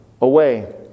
away